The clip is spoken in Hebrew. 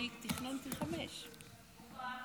תמיד בימים מיוחדים נותנים קצת יותר,